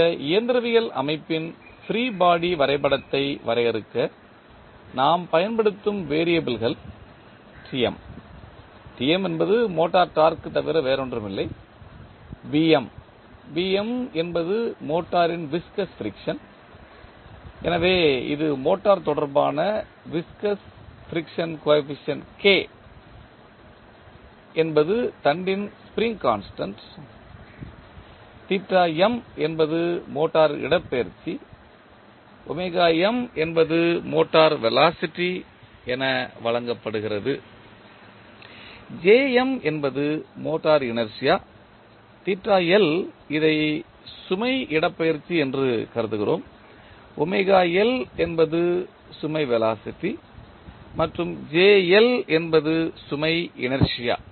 இந்த இயந்திரவியல் அமைப்பின் ஃப்ரீ பாடி வரைபடத்தை வரையறுக்க நாம் பயன்படுத்தும் வெறியபிள்கள் என்பது மோட்டார் டார்க்கு தவிர வேறொன்றுமில்லை என்பது மோட்டாரின் விஸ்கஸ் ஃபிரிக்சன் எனவே இது மோட்டார் தொடர்பான விஸ்கஸ் ஃபிரிக்சன் கோஎபிசியன்ட் என்பது தண்டின் ஸ்ப்ரிங் கான்ஸ்டன்ட் என்பது மோட்டார் இடப்பெயர்ச்சி என்பது மோட்டார் வெலாசிட்டி என வழங்கப்படுகிறது என்பது மோட்டார் இனர்ஷியா இதை சுமை இடப்பெயர்ச்சி என்று கருதுகிறோம் என்பது சுமை வெலாசிட்டி மற்றும் என்பது சுமை இனர்ஷியா